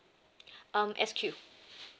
um S_Q